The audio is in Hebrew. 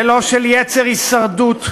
ולא של יצר הישרדות,